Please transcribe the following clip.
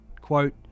Quote